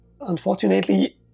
unfortunately